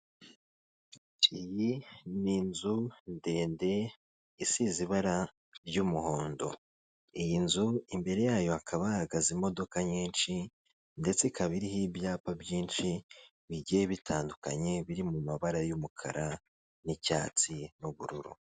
Iyi ni inzu ndende isize ibara ry'umuhondo iyi nzu imbere yayo bakaba hahagaze imodoka nyinshi ndetse ikaba iriho ibyapa byinshi bigiye bitandukanye biri mu mabara y'umukara n'icyatsi n'ubururu.